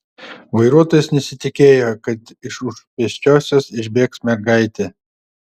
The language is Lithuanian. vairuotojas nesitikėjo kad iš už pėsčiosios išbėgs mergaitė